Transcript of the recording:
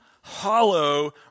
hollow